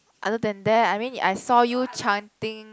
other than that I mean I saw you chanting